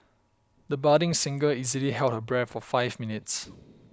the budding singer easily held her breath for five minutes